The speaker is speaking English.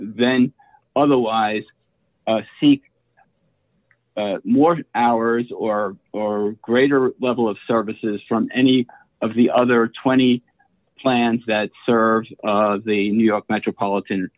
then otherwise seek more hours or or greater level of services from any of the other twenty plants that serves the new york metropolitan